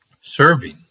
serving